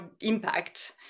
impact